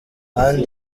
kandi